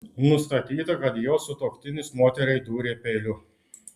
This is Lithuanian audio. nustatyta kad jos sutuoktinis moteriai dūrė peiliu